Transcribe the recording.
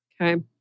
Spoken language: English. Okay